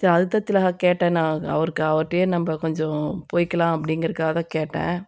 சரி அதுக்கு தான் திலகா கேட்டேன் நான் அவருக்கு அவர்ட்டேயே நம்ம கொஞ்சம் போய்க்கலாம் அப்படிங்கிறக்காக தான் கேட்டேன்